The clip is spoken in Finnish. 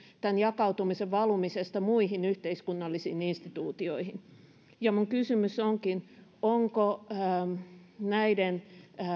tämän jakautumisen valumisesta muihin yhteiskunnallisiin instituutioihin minun kysymykseni onkin onko näiden